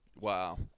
Wow